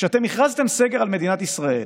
שאתם הכרזתם סגר על מדינת ישראל,